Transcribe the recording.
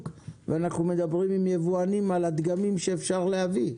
ושאנחנו מדברים עם יבואנים על הדגמים שאפשר להביא.